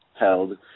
held